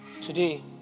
Today